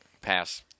Pass